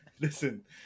listen